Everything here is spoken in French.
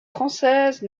française